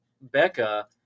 Becca